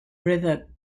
river